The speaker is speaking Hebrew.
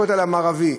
הכותל המערבי,